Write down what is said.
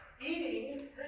eating